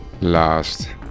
last